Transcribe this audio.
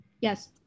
Yes